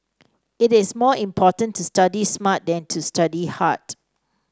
it is more important to study smart than to study hard